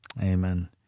Amen